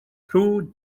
through